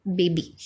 baby